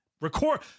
record